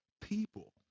people